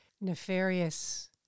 nefarious